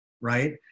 right